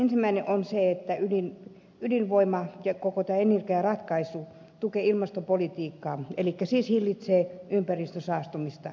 ensimmäinen on se että ydinvoima ja koko tämä energiaratkaisu tukee ilmastopolitiikkaa elikkä siis hillitsee ympäristön saastumista